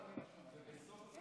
היו"ר משה ארבל: